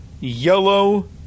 yellow